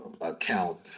account